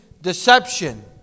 Deception